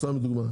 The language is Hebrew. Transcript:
סתם לדוגמה,